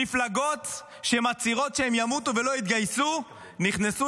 מפלגות שמצהירות שהם ימותו ולא יתגייסו נכנסו